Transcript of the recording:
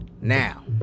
Now